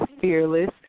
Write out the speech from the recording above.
fearless